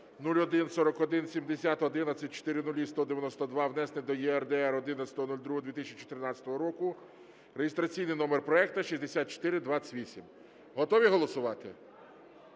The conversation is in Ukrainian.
12014170110000192, внесене до ЄРДР 11.02.2014 року (реєстраційний номер проекту 6428). Готові голосувати?